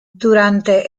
durante